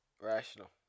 Rational